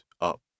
up